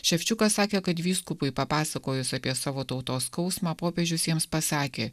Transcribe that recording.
ševčiukas sakė kad vyskupui papasakojus apie savo tautos skausmą popiežius jiems pasakė